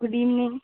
good evening